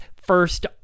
first